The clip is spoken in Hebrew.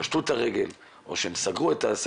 שפשטו אתל הרגל או שסגרו את עסקיהם.